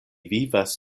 vivas